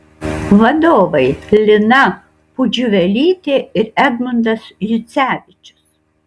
vadovai lina pudžiuvelytė ir edmundas jucevičius